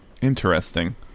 Interesting